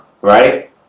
Right